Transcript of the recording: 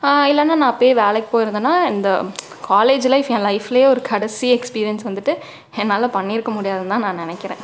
இல்லைன்னா நான் அப்பயே வேலைக்கு போயிருந்தேன்னா இந்த காலேஜ் லைஃப் என் லைஃப்லேயே ஒரு கடைசி எக்ஸ்பீரியன்ஸ் வந்துட்டு என்னால் பண்ணியிருக்க முடியாதுனுதான் நான் நெனைக்கிறன்